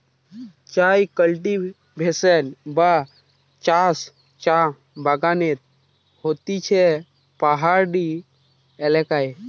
চায় কাল্টিভেশন বা চাষ চা বাগানে হতিছে পাহাড়ি এলাকায়